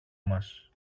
μας